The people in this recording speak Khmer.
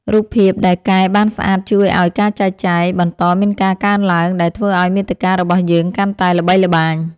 រូបភាពដែលកែបានស្អាតជួយឱ្យ ការចែកចាយ បន្តមានការកើនឡើង ដែលធ្វើឱ្យមាតិការបស់យើងកាន់តែល្បីល្បាញ។